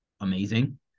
amazing